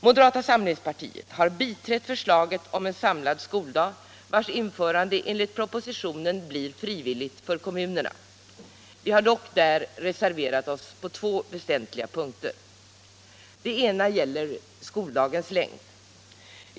Moderata samlingspartiet har biträtt förslaget om en samlad skoldag vars införande enligt propositionen blir frivilligt för kommunerna. Vi har dock reserverat oss på två väsentliga punkter. Den ena gäller skoldagens längd.